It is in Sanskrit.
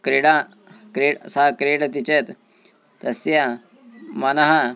क्रीडा क्रीड् सः क्रीडति चेत् तस्य मनः